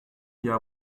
jahr